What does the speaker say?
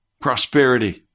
prosperity